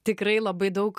tikrai labai daug